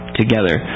together